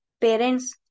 parents